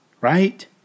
Right